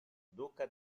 duca